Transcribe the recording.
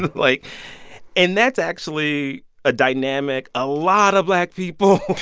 like and that's actually a dynamic a lot of black people.